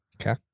Okay